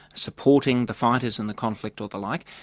supporting the fighters in the conflict or the like,